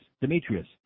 Demetrius